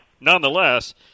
nonetheless